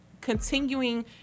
continuing